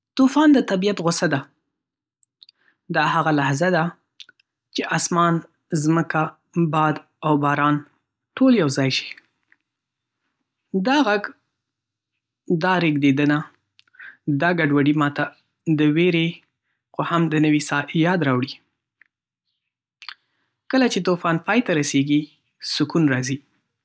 طوفان د طبیعت غوسه ده. دا هغه لحظه ده چې آسمان، ځمکه، باد، او باران ټول یوځای شي. دا غږ، دا رېږدېدنه، دا ګډوډي ما ته د وېرې، خو هم د نوې سا یاد راوړي. کله چې طوفان پای ته رسېږي، سکون راځي.